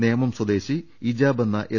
നേമം സ്വദേശി ഇജാബ് എന്ന എസ്